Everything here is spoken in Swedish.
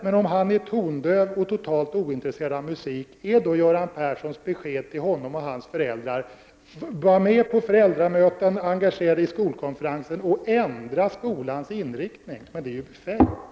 Men om han är tondöv och totalt ointresserad av musik, är Göran Perssons besked till denne elev och hans föräldrar då följande: Var med på föräldramöten, engagera er i skolkonferensen och ändra skolans inriktning? Det är ju befängt.